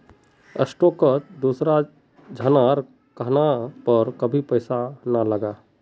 स्टॉकत दूसरा झनार कहनार पर कभी पैसा ना लगा